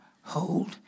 hold